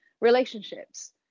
relationships